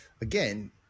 Again